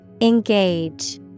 Engage